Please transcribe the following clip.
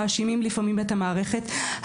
מאשימים לפעמים את המערכת.